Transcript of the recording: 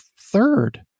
third